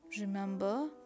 Remember